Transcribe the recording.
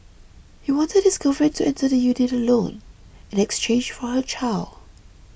he wanted his girlfriend to enter the unit alone in exchange for her child